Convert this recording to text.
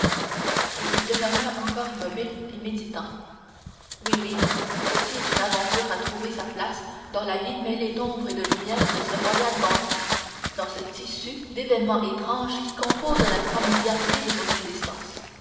et il demeura encore immobile et méditant oui oui ceci est une aventure à trouver sa place dans la vie mêlée d'ombre et de lumière de ce royal bandit dans ce tissu d'événements étranges qui composent la trame diaprée de son existence